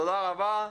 תודה רבה.